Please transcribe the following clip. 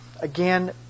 again